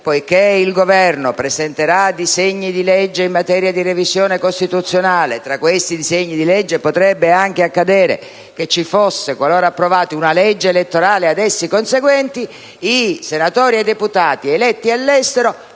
poiché il Governo presenterà disegni di legge in materia di revisione costituzionale e, tra questi disegni di legge, potrebbe anche accadere che ci fosse, qualora approvata, una legge elettorale ad essi conseguente, i senatori e i deputati eletti all'estero